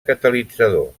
catalitzador